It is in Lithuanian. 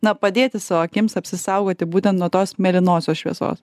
na padėti savo akims apsisaugoti būtent nuo tos mėlynosios šviesos